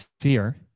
fear